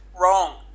wrong